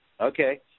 Okay